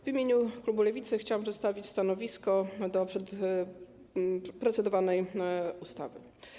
W imieniu klubu Lewicy chciałabym przedstawić stanowisko wobec procedowanej ustawy.